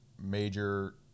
major